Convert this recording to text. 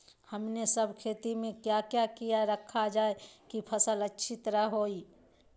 हमने सब खेती में क्या क्या किया रखा जाए की फसल अच्छी तरह होई?